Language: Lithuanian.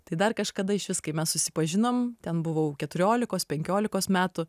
tai dar kažkada išvis kai mes susipažinom ten buvau keturiolikos penkiolikos metų